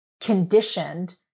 conditioned